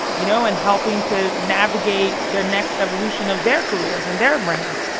you know, and helping to navigate the next evolution of their careers and their brands.